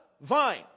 vine